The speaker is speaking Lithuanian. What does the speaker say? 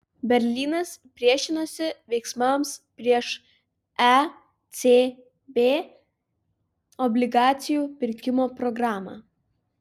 berlynas priešinosi veiksmams prieš ecb obligacijų pirkimo programą